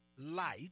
Light